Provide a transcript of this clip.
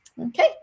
Okay